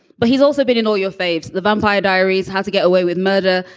but he's also been in all your faves, the vampire diaries how to get away with murder.